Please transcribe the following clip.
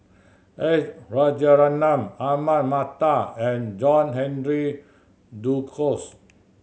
S Rajaratnam Ahmad Mattar and John Henry Duclos